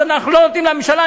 אז אנחנו לא עובדים לממשלה.